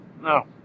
No